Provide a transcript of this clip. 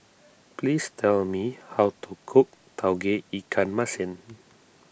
please tell me how to cook Tauge Ikan Masin